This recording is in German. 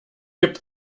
gibt